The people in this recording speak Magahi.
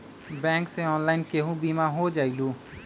बैंक से ऑनलाइन केहु बिमा हो जाईलु?